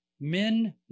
Men